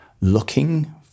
looking